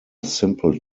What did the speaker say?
simple